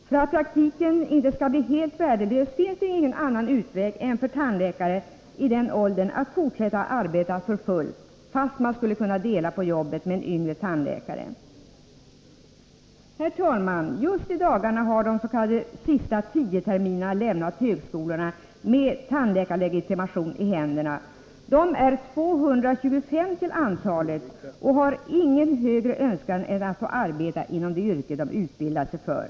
För att praktiken inte skall bli helt värdelös finns ingen annan utväg för honom än att fortsätta och arbeta full tid, trots att han skulle kunna dela på jobbet med en yngre tandläkare. Herr talman! Just i dagarna har de sista s.k. 10-terminarna lämnat högskolorna med tandläkarlegitimation i händerna. De är 225 till antalet och har ingen högre önskan än att få arbeta inom det yrke de utbildat sig för.